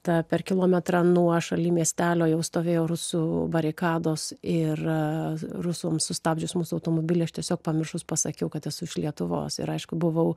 tą per kilometrą nuošaly miestelio jau stovėjo rusų barikados ir rusams sustabdžius mūsų automobilį aš tiesiog pamiršus pasakiau kad esu iš lietuvos ir aišku buvau